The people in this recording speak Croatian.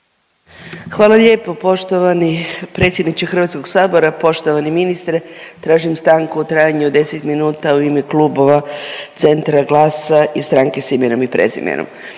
Hvala lijepo. Poštovani predsjedniče HS-a, poštovani ministre. Tražim stanku u trajanju od 10 minuta u ime klubova Centra, GLAS-a i Stranke s imenom i prezimenom.